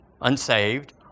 unsaved